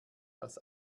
als